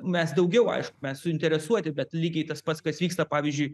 mes daugiau aišku mes suinteresuoti bet lygiai tas pats kas vyksta pavyzdžiui